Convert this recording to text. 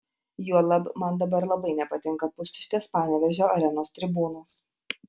juolab man dabar labai nepatinka pustuštės panevėžio arenos tribūnos